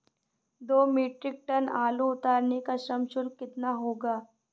दो metric ton आलू उतारने का श्रम शुल्क कितना होगा?